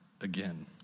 again